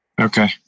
Okay